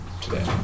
today